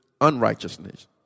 unrighteousness